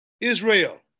Israel